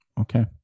Okay